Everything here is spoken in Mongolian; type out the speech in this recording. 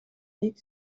нийт